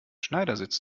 schneidersitz